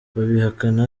babihakana